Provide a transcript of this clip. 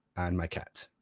and my cat.